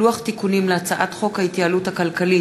לוח תיקונים להצעת חוק ההתייעלות הכלכלית